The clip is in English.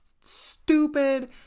stupid